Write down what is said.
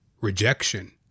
rejection